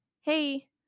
hey